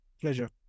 pleasure